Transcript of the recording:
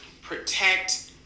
protect